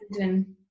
and-